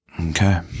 Okay